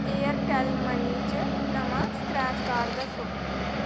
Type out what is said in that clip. Airtel money च नमां scratch card द'स्सो